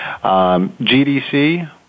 GDC